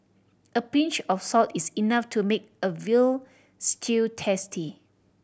a pinch of salt is enough to make a veal stew tasty